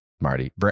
Marty